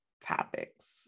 topics